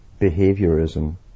behaviorism